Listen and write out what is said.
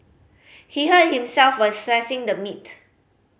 he hurt himself while slicing the meat